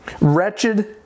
Wretched